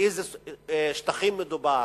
באלו שטחים מדובר,